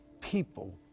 people